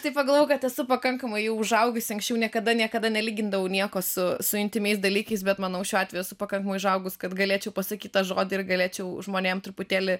taip pagalvojau kad esu pakankamai jau užaugusi anksčiau niekada niekada nelygindavau nieko su su intymiais dalykais bet manau šiuo atveju esu pakankamai užaugus kad galėčiau pasakyt tą žodį ir galėčiau žmonėm truputėlį